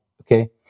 Okay